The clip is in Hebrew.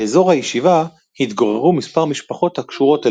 באזור הישיבה התגוררו מספר משפחות הקשורות אליה.